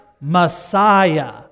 Messiah